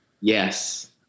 Yes